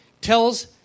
tells